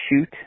shoot